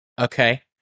Okay